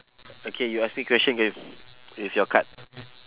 okay you ask me question with with your card